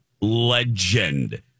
legend